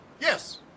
Yes